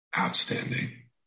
outstanding